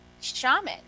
shaman